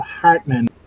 Hartman